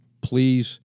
please